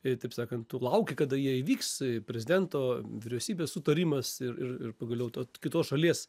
ir taip sakant tu lauki kada jie įvyks prezidento vyriausybės sutarimas ir ir ir pagaliau tos kitos šalies